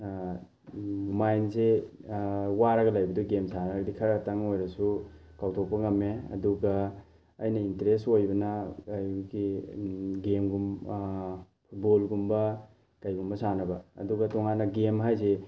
ꯃꯥꯏꯟꯁꯦ ꯋꯥꯔꯒ ꯂꯩꯕꯗꯣ ꯒꯦꯝ ꯁꯥꯟꯅꯔꯒꯗꯤ ꯈꯔꯇꯪ ꯑꯣꯏꯔꯁꯨ ꯀꯥꯎꯊꯣꯛꯞ ꯉꯝꯃꯦ ꯑꯗꯨꯒ ꯑꯩꯅ ꯏꯟꯇꯔꯦꯁ ꯑꯣꯏꯕꯅ ꯑꯩꯒꯤ ꯒꯦꯝꯒꯨꯝ ꯐꯨꯠꯕꯣꯜꯒꯨꯝꯕ ꯀꯩꯒꯨꯝꯕ ꯁꯥꯟꯅꯕ ꯑꯗꯨꯒ ꯇꯣꯉꯥꯟꯅ ꯒꯦꯝ ꯍꯥꯏꯁꯦ